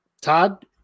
Todd